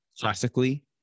Classically